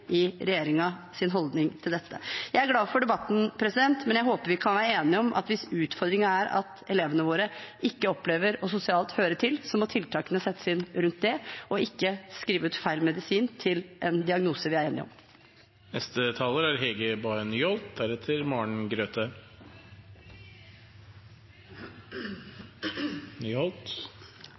i regjeringens holdning til dette. Jeg er glad for debatten, men jeg håper vi kan være enige om at hvis utfordringen er at elevene våre ikke opplever å høre til sosialt, må tiltakene settes inn rundt det – og ikke skrive ut feil medisin til en diagnose vi er enige om. Jeg kan begynne med å betrygge representanten Vamraak med at jeg ikke er